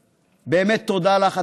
באמת תודה לך.